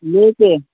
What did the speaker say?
لے کے